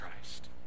Christ